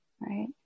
right